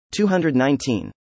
219